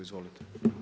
Izvolite.